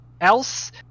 else